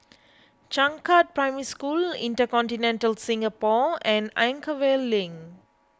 Changkat Primary School Intercontinental Singapore and Anchorvale Link